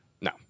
No